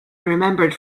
remembered